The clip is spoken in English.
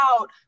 out